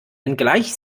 wenngleich